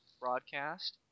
broadcast